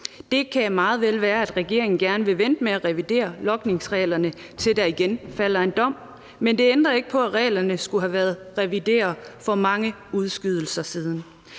Det kan meget vel være, at regeringen gerne vil vente med at revidere logningsreglerne, til der igen falder en dom, men det ændrer ikke på, at reglerne skulle have været revideret for mange udskydelser siden.